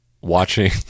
watching